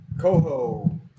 Coho